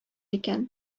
икән